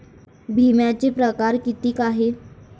बिम्याचे परकार कितीक हाय?